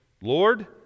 Lord